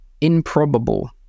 improbable